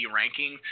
ranking